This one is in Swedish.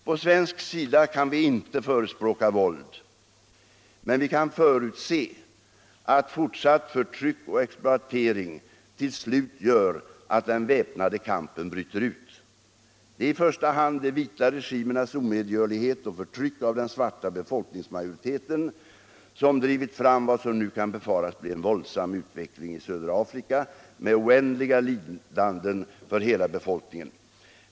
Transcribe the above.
På svensk sida kan vi inte förespråka våld, men vi kan förutse att fortsatt förtryck och exploatering till slut gör att den väpnade kampen bryter ut. Det är i första hand de vita regimernas omedgörlighet och förtryck av den svarta befolkningsmajoriteten som drivit fram vad som nu kan befaras bli en våldsam utveckling i södra Afrika med oändliga lidanden för hela befolkningen.